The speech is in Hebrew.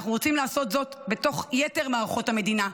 אנחנו רוצים לעשות זאת בתוך יתר מערכות המדינה,